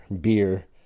beer